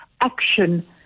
action